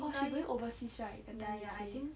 oh she going overseas right that time you say